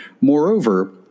Moreover